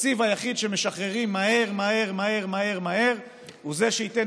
התקציב היחיד שמשחררים מהר מהר מהר מהר הוא זה שייתן